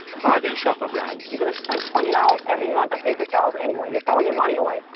bargain shopper brands you're going to spend twenty dollars every month on paper towels anyway. you're throwing your money away.